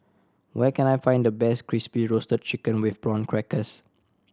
where can I find the best Crispy Roasted Chicken with Prawn Crackers